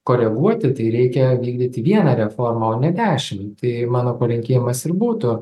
koreguoti tai reikia vykdyti vieną reformą o ne dešimt tai mano palinkėjimas ir būtų